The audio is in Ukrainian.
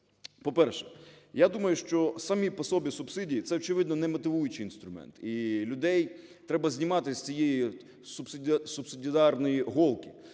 По-перше, я думаю, що самі по собі субсидії - це, очевидно, не мотивуючий інструмент, і людей треба знімати з цієї субсидіарної голки.